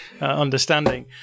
understanding